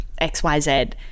XYZ